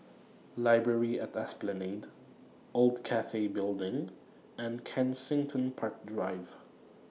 Library At Esplanade Old Cathay Building and Kensington Park Drive